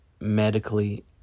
medically